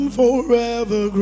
forever